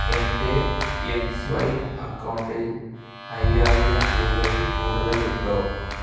എൻ്റെ M swipe അക്കൗണ്ടിൽ അയ്യായിരം രൂപയിൽ കൂടുതലുണ്ടോ